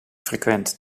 frequent